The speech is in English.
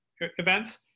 events